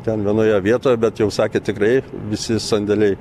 ten vienoje vietoje bet jau sakė tikrai visi sandėliai